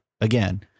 again